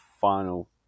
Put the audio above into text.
final